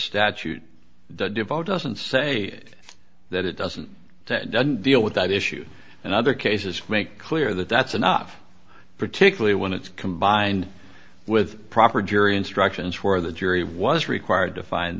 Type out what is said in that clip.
statute devote doesn't say that it doesn't deal with that issue and other cases make clear that that's enough particularly when it's combined with proper jury instructions where the jury was required to find